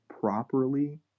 properly